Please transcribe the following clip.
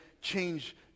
change